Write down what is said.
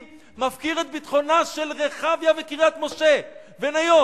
מפקיר את ביטחונן של רחביה וקריית-משה וניות.